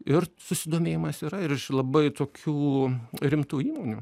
ir susidomėjimas yra ir iš labai tokių rimtų įmonių